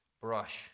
brush